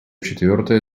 четвертое